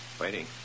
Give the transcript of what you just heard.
Waiting